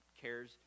cares